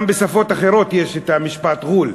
גם בשפות אחרות יש את המשפט "ע'ול".